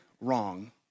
wrong